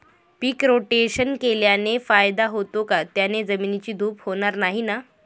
पीक rotation केल्याने फायदा होतो का? त्याने जमिनीची धूप होणार नाही ना?